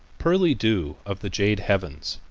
pearly dew of the jade heavens,